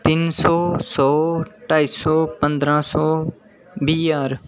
तिन्न सौ सौ ढाई सौ पंदरा सौ बीह् ज्हार